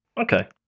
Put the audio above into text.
Okay